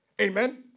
amen